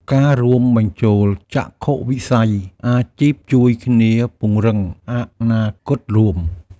ការរួមបញ្ចូលចក្ខុវិស័យអាជីពជួយគ្នាពង្រឹងអនាគតរួម។